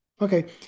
Okay